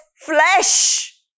flesh